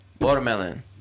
Watermelon